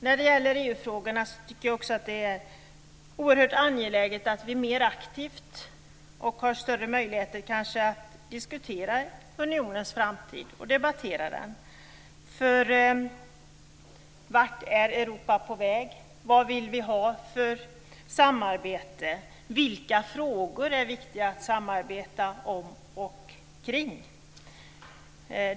När det gäller EU-frågorna tycker jag också att det är oerhört angeläget att vi har möjlighet att mer aktivt diskutera och debattera unionens framtid. Vart är Europa på väg? Vilket samarbete vill vi ha? Vilka frågor är viktiga att samarbeta om?